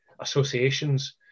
associations